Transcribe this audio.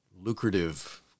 lucrative